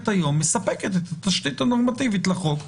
היום מספקת את התשתית הנורמטיבית לחוק,